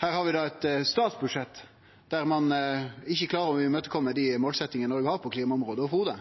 Her har vi eit statsbudsjett der ein i det heile ikkje klarer å kome klimamålsettingane som Noreg har, i møte.